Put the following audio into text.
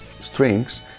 strings